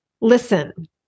Listen